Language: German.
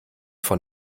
von